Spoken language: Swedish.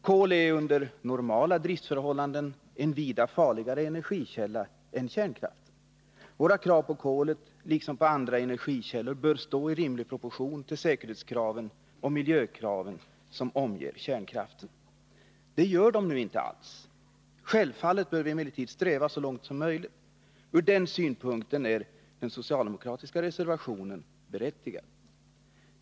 Kol är under normala driftsförhållanden en vida farligare energikälla än kärnkraft. Våra krav på kolet, liksom på andra energikällor, bör stå i rimlig proportion till de säkerhetskrav och miljökrav som omger kärnkraften. Det gör de nu inte alls. Självfallet bör vi emellertid sträva efter det så långt som det är möjligt. Ur den synpunkten är den socialdemokratiska reservationen berättigad.